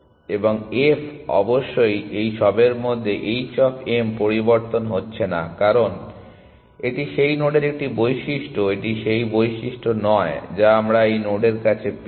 এবং f অবশ্যই এই সবের মধ্যে h অফ m পরিবর্তন হচ্ছে না কারণ এটি সেই নোডের একটি বৈশিষ্ট্য এটি সেই বৈশিষ্ট্য নয় যা আমরা এই নোডের কাছে পেয়েছি